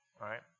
right